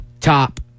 top